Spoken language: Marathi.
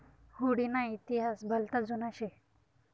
हुडी ना इतिहास भलता जुना शे